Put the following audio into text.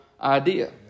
idea